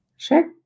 Sure